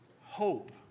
hope